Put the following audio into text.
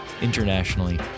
internationally